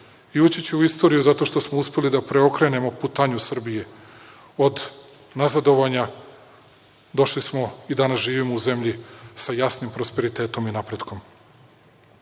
ću u istoriju zato što smo uspeli da preokrenemo putanju Srbije od nazadovanja, došli smo i danas živimo u zemlji sa jasnim prosperitetom i napretkom. Ništa